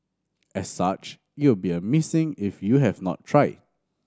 as such it will be a missing if you have not tried